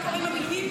מה קורה עם המילואים?